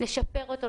לשפר אותו,